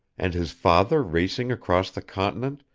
and his father racing across the continent,